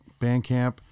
Bandcamp